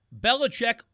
Belichick